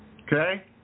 Okay